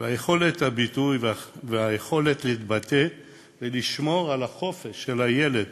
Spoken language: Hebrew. ויכולת הביטוי והיכולת להתבטא ולשמור על החופש של הילד